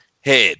head